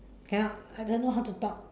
cannot I don't know how to talk